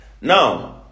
now